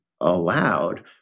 allowed